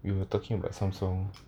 we were talking about samsung